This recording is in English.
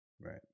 right